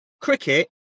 Cricket